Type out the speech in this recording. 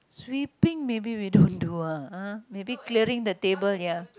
sweeping maybe we don't do ah !huh! maybe clearing the table ya